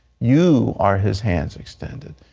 you are his hands extended.